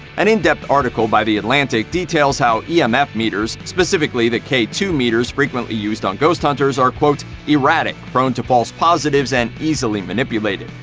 an in-depth article by the atlantic details how yeah um emf meters, specifically the k two meters frequently used on ghost hunters, hunters, are, quote, erratic, prone to false positives, and easily manipulated.